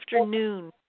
afternoon